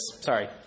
sorry